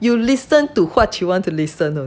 you listen to what you want to listen only